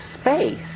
space